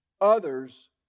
others